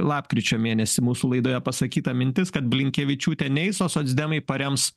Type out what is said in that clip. lapkričio mėnesį mūsų laidoje pasakyta mintis kad blinkevičiūtė neeis o socdemai parems